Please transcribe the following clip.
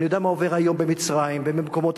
ואני יודע מה עובר היום במצרים ובמקומות